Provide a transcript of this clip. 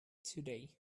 today